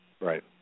Right